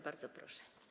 Bardzo proszę.